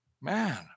man